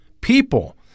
people